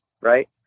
right